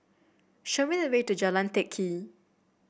show me the way to Jalan Teck Kee